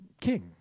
king